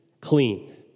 clean